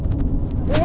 okay lah